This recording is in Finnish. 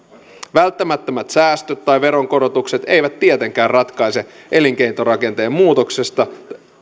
välttämättömät säästöt tai veronkorotukset eivät tietenkään ratkaise elinkeinorakenteen muutoksesta